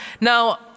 Now